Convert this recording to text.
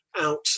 out